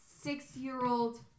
six-year-old